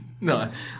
Nice